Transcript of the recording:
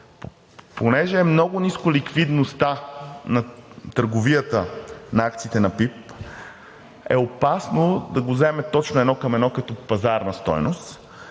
Понеже е много ниска ликвидността на търговията на акциите на ПИБ, е опасно да го вземе точно едно към едно като пазарна стойност,